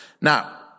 Now